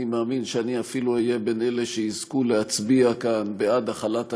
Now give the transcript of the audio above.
אני מאמין שאני אפילו אהיה מאלה שיזכו להצביע כאן בעד החלת הריבונות,